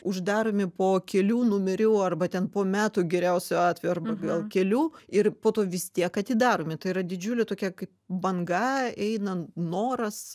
uždaromi po kelių numerių arba ten po metų geriausiu atveju arba gal kelių ir po to vis tiek atidaromi tai yra didžiulė tokia kaip banga eina noras